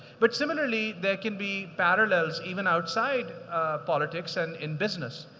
but similarly, there can be parallels even outside politics and in business.